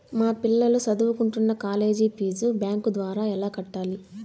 మా పిల్లలు సదువుకుంటున్న కాలేజీ ఫీజు బ్యాంకు ద్వారా ఎలా కట్టాలి?